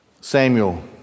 Samuel